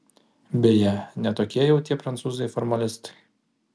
beje ne tokie jau tie prancūzai formalistai